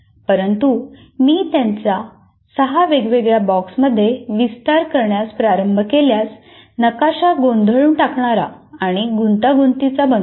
परंतु मी त्यांचा 6 वेगवेगळ्या बॉक्समध्ये विस्तार करण्यास प्रारंभ केल्यास नकाशा गोंधळून टाकणारा आणि गुंतागुंतीचा बनतो